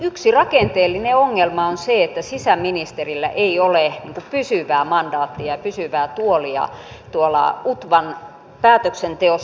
yksi rakenteellinen ongelma on se että sisäministerillä ei ole pysyvää mandaattia ja pysyvää tuolia tuolla utvan päätöksenteossa